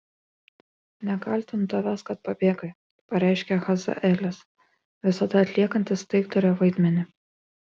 nekaltinu tavęs kad pabėgai pareiškė hazaelis visada atliekantis taikdario vaidmenį